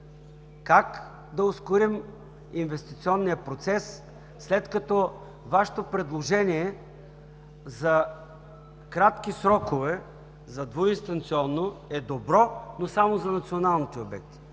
Как да ускорим инвестиционния процес, след като Вашето предложение за кратки срокове за двуинстанционно е добро, но само за националните обекти?